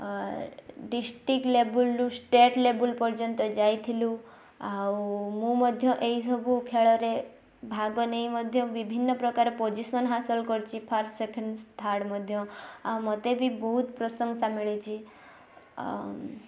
district ଲେବୁଲ୍ରୁ state ଲେବୁଲ୍ ପର୍ଯ୍ୟନ୍ତ ଯାଇଥିଲୁ ଆଉ ମୁଁ ମଧ୍ୟ ଏହି ସବୁ ଖେଳରେ ଭାଗ ନେଇ ମଧ୍ୟ ବିଭିନ୍ନ ପ୍ରକାର ପୋଜିସନ୍ ହାସଲ୍ କରିଛି ଫାଷ୍ଟ ସେକେଣ୍ଡ ଥାର୍ଡ଼ ମଧ୍ୟ ଆଉ ମୋତେ ବି ବହୁତ ପ୍ରଶଂସା ମିଳିଛି